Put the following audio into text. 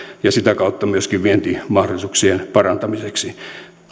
ja sitä kautta myöskin vientimahdollisuuksien parantamiseksi